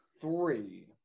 three